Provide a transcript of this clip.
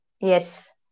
yes